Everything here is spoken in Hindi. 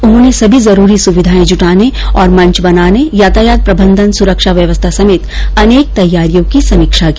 उन्होंने सभी जरूरी सुविधाएं जुटाने और मंच बनाने यातायात प्रबंधन सुरक्षा व्यवस्था समेत अनेक तैयारियों की समीक्षा की